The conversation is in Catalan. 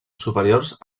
superiors